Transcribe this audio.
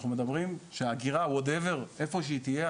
אנחנו מדברים שהאגירה איפה שהיא לא תהיה,